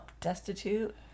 destitute